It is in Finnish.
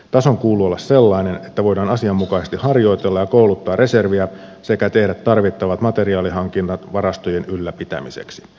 tason kuuluu olla sellainen että voidaan asianmukaisesti harjoitella ja kouluttaa reserviä sekä tehdä tarvittavat materiaalihankinnat varastojen ylläpitämiseksi